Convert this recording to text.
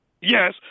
Yes